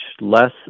less